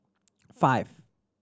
five